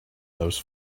those